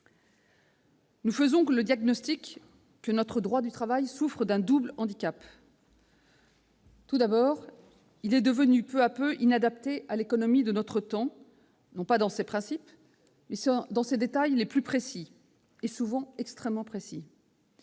Nous faisons le diagnostic que notre droit du travail souffre de deux handicaps. D'abord, il est devenu peu à peu inadapté à l'économie de notre temps, non pas dans ses principes, mais dans ses détails les plus précis. Il a été